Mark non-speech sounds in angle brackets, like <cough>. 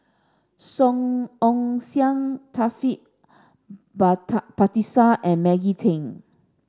Song Ong Siang Taufik <unintelligible> Batisah and Maggie Teng